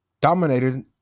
dominated